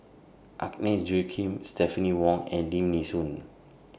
Agnes Joaquim Stephanie Wong and Lim Nee Soon